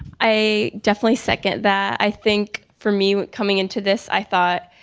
i definitely second that. i think for me coming into this, i thought,